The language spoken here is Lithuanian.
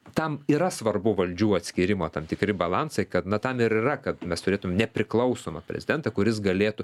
tam yra svarbu valdžių atskyrimo tam tikri balansai kad na tam ir yra kad mes turėtum nepriklausomą prezidentą kuris galėtų